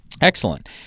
Excellent